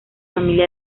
familia